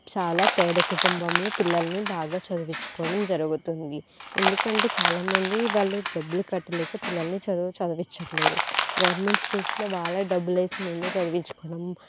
చాలా పేద కుటుంబంలో పిల్లల్ని బాగా చదివించుకోవడం జరుగుతుంది ఎందుకంటే చాలామంది వాళ్ళు డబ్బులు కట్టలేక పిల్లలని చదువు చదివించట్లేదు గవర్నమెంట్ స్కూల్స్ లో వాళ్ళే డబ్బులు వేసి మేమే చదివించుకున్నాం